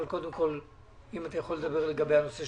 אבל קודם כול אם אתה יכול לדבר על התמיכות,